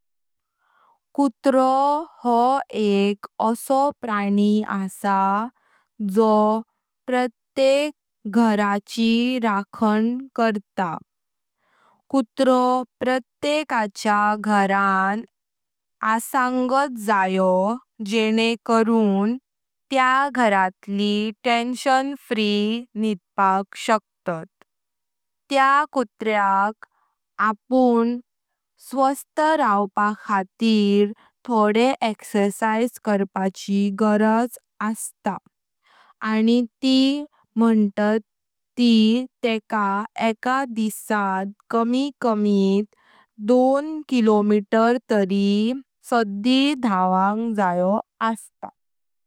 कुत्रो हो एक असो प्राणी आसा जो प्रत्येक घराचि रखण करता। कुत्रो प्रत्येकाच्या घरान आसंगट जायो जेनें करुन त्या घरातलि टेंशन फ्री निदपाक शकतात। त्यात कुत्राक अपण स्वस्त रवपाक खातीर थोड़े एक्सरसाइज करपाचि गरज असता आनी ती मंतात ती तेका एका दिसां कमीत कमी दोन किलोमीटर तरी सडी देवं जया असता।